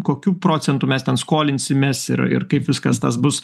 kokiu procentu mes ten skolinsimės ir ir kaip viskas tas bus